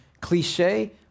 cliche